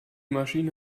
maschine